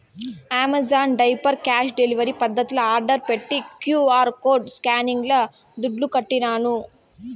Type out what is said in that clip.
Amazon diaper cash delivery పద్దతిల order పెట్టి QR code స్కానింగ్ల దుడ్లుకట్టినాను